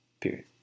period